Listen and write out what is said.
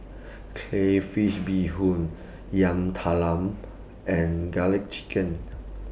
Crayfish Beehoon Yam Talam and Garlic Chicken